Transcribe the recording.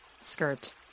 skirt